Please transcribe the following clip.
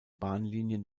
bahnlinien